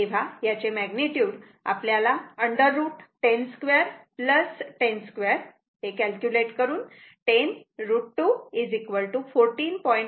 तेव्हा याचे मॅग्निट्युड आपल्याला √10 2 10 2 हे कॅल्क्युलेट करून 10 √ 2 14